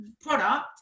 product